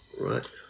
Right